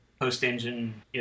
post-engine